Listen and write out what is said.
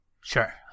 Sure